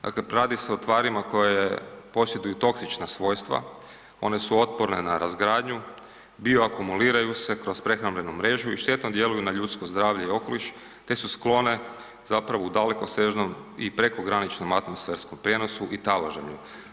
Dakle, radi se o tvarima koje posjeduju toksična svojstva, one su otporne na razgradnju, bioakumuliraju se kroz prehrambenu mrežu i štetno djeluju na ljudsko zdravlje i okoliš te su sklone u dalekosežnom i prekograničnom atmosferskom prijenosu i taloženju.